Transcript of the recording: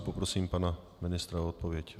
Poprosím pana ministra o odpověď.